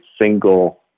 single